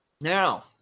Now